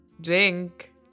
Drink